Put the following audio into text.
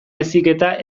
heziketa